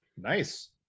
Nice